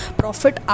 profit